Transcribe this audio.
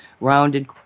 Rounded